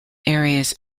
areas